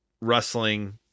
rustling